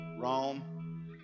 Rome